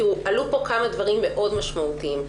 עלו פה כמה דברים מאוד משמעותיים.